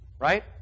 right